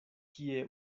kie